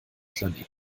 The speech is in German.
planeten